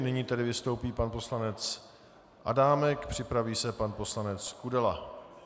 Nyní tedy vystoupí pan poslanec Adámek, připraví se pan poslanec Kudela.